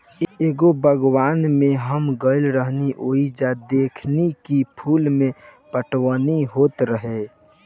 एगो बागवान में हम गइल रही ओइजा देखनी की फूल के पटवनी होत रहे